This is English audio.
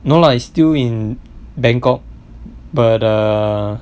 no lah is still in bangkok but err